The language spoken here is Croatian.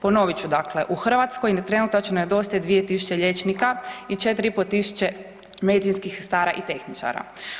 Ponovit ću dakle, u Hrvatskoj trenutačno nedostaje 2000 liječnika i 4500 medicinskih sestara i tehničara.